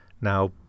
Now